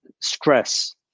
stress